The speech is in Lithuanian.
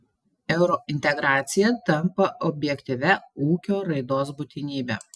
eurointegracija tampa objektyvia ūkio raidos būtinybe